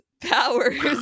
powers